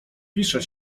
pisze